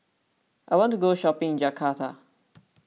I want to go shopping in Jakarta